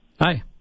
Hi